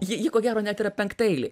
jie jie ko gero net yra penktaeiliai